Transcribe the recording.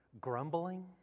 grumbling